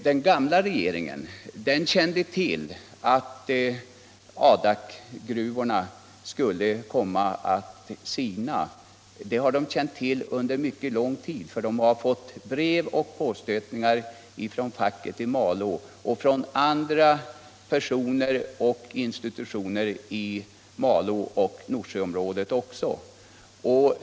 Den gamla regeringen kände till att Adakgruvorna skulle komma att sina — det har varit känt under mycket lång tid. Regeringen har fått brev och påstötningar från facket i Malå och från andra personer och institutioner i Malåoch Norsjöområdet.